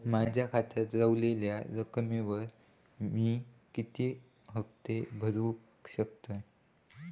माझ्या खात्यात रव्हलेल्या रकमेवर मी किती हफ्ते भरू शकतय?